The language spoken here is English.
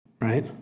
Right